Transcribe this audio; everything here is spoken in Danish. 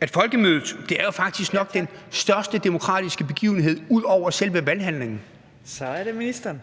at Folkemødet jo faktisk nok er den største demokratiske begivenhed ud over selve valghandlingen. Kl. 15:02 Fjerde